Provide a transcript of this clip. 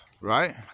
right